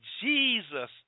Jesus